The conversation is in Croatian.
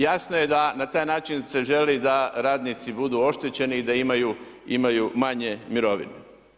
Jasno je da na taj način se želi da radnici budu oštećeni i da imaju manje mirovine.